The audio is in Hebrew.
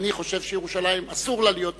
שאני חושב שלירושלים אסור להיות מחולקת.